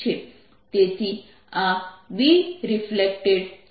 તેથી આ BR B reflected છે